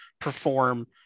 perform